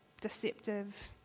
deceptive